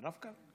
זה רב-קו?